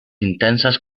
intensas